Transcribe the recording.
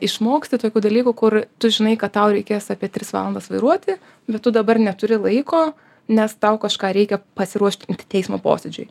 išmoksti tokių dalykų kur tu žinai kad tau reikės apie tris valandas vairuoti bet tu dabar neturi laiko nes tau kažką reikia pasiruošt teismo posėdžiui